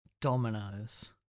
Dominoes